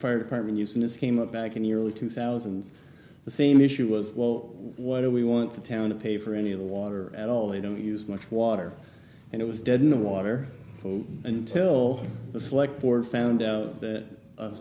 fire department using this came up back in the early two thousand the same issue was well what do we want the town to pay for any of the water at all they don't use much water and it was dead in the water until the slick board found that